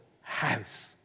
house